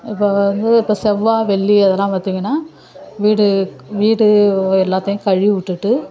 இப்போ வந்து இப்போ செவ்வாய் வெள்ளி அதெலாம் பார்த்திங்கனா வீடு வீடு எல்லாத்தையும் கழுவி விட்டுட்டு